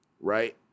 Right